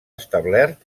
establert